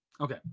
Okay